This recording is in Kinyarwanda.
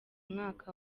umwaka